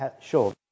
sure